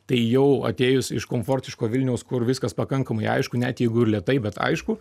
tai jau atėjus iš komfortiško vilniaus kur viskas pakankamai aišku net jeigu ir lėtai bet aišku